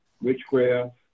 witchcraft